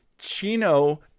chino